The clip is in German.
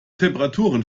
temperaturen